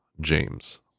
James